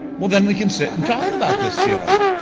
well, then we can sit and talk about this feeling.